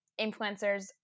influencers